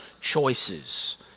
choices